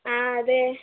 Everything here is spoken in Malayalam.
ആഹ് അതെ